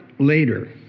later